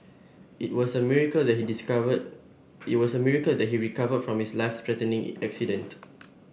it was a miracle that he discovered it was a miracle that he recovered from his life threatening accident